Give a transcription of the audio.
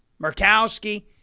Murkowski